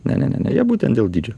ne ne ne jie būtent dėl dydžio